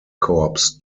corps